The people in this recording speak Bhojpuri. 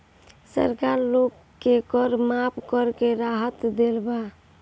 सरकार लोग के कर माफ़ करके राहत देले बा